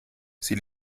sie